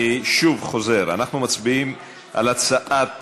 אני חוזר: אנחנו מצביעים על הצעת